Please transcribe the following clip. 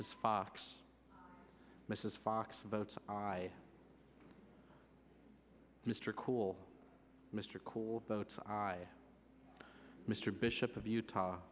mrs fox mrs fox votes i mr cool mr cool boats i mr bishop of utah